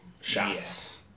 shots